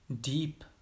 deep